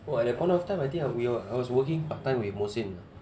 oh at that point of time I think we were I was working part time with musin lah